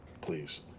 please